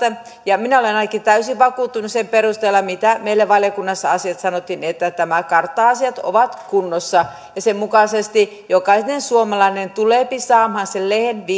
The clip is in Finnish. ja minä ainakin olen täysin vakuuttunut sen perusteella mitä meille valiokunnassa asiasta sanottiin että nämä kartta asiat ovat kunnossa ja sen mukaisesti jokainen suomalainen tuleepi saamaan sen lehden